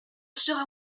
sera